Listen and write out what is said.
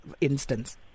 instance